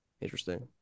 Interesting